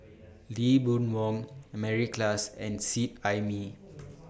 Lee Boon Wang Mary Klass and Seet Ai Mee